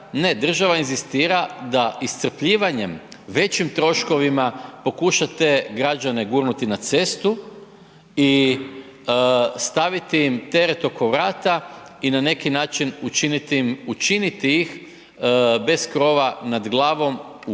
ne država inzistira da iscrpljivanje, većim troškovima pokuša te građane gurnuti na cestu i staviti im teret oko vrata i na neki način učiniti ih bez krova nad glavom u